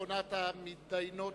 אחרונת המתדיינות,